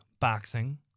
boxing